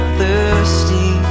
thirsty